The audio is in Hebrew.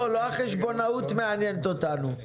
לא, לא החשבונאות מעניינת אותנו,